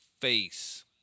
face